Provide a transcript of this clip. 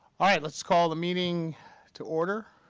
all right, let's call the meeting to order.